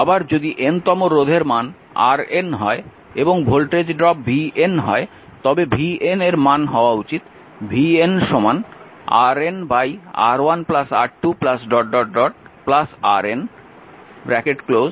আবার যদি n তম রোধের মান RN হয় এবং ভোল্টেজ ড্রপ vN হয় তবে vN এর মান হওয়া উচিত vN RN R1 R2 RN v